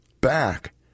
back